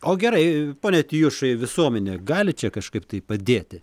o gerai pone tijušai visuomenė gali čia kažkaip tai padėti